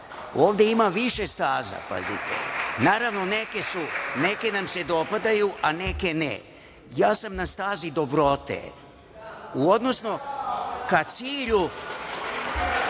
Ovde ima više staza. Naravno, neke nam se dopadaju, a neke ne. Ja sam na stazi dobrote, odnosno ka cilju